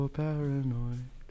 paranoid